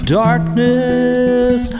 darkness